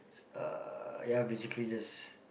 uh ya basically just